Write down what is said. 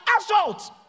assault